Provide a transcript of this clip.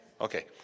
Okay